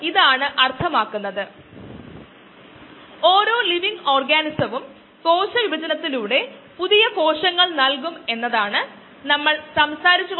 ഓർക്കുക നമ്മൾ മൊത്തം കോശങ്ങളുടെ സാന്ദ്രതയെക്കുറിച്ചും പ്രായോഗിക സെൽ സാന്ദ്രതയെക്കുറിച്ചും സംസാരിച്ചു